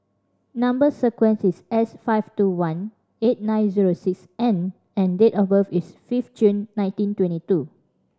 number sequence is S five two one eight nine zero six N and date of birth is fifth June nineteen twenty two